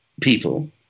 people